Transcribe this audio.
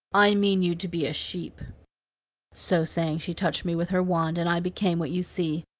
i mean you to be a sheep so saying, she touched me with her wand, and i became what you see.